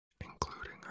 including